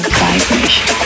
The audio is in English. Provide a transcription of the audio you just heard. vibration